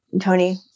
Tony